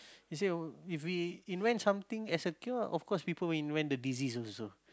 he say if we invent as a cure of course people will invent the disease also